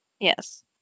Yes